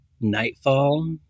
Nightfall